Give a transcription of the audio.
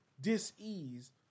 dis-ease